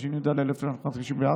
התשי"ד 1954,